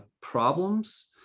problems